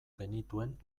genituen